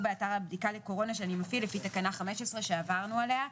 באתר הבדיקה לקורונה שאני מפעיל לפי תקנה 15 שעברנו עליה.